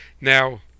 Now